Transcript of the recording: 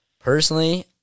personally